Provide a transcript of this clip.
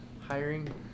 hiring